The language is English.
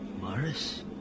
Morris